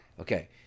Okay